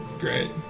Great